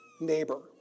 neighbor